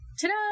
Ta-da